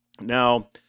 Now